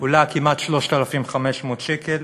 עולה כמעט 3,500 שקלים,